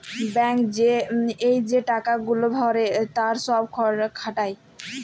bank এ যে টাকা গুলা ভরে আর সব খাটায়